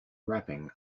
rapping